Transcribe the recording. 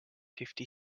fifty